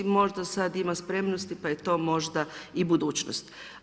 Možda sada ima spremnosti pa je to možda i budućnost.